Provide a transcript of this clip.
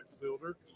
fielder